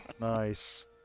Nice